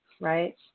right